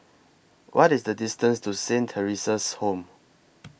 What IS The distance to Saint Theresa's Home